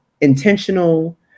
intentional